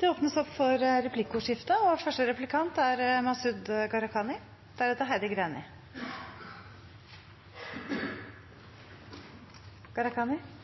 Det blir replikkordskifte. I enkelte land – Norge er